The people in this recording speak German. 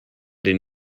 den